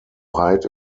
hide